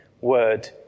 word